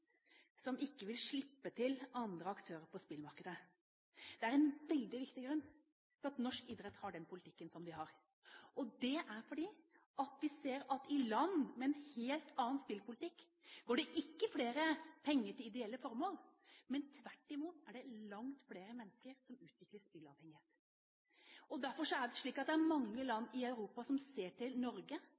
som ikke vil slippe til andre aktører på spillmarkedet. Det er en veldig viktig grunn til at norsk idrett fører den politikken som de gjør. Det er fordi vi ser at i land med en helt annen spillpolitikk går det ikke flere penger til ideelle formål, men tvert imot er det langt flere mennesker som utvikler spilleavhengighet. Derfor er det mange land i Europa som ser til Norge,